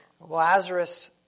Lazarus